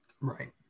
Right